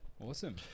Awesome